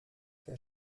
der